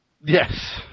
Yes